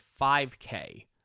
5k